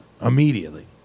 Immediately